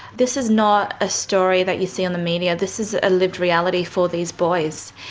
this is not a story that you see on the media, this is ah lived reality for these boys.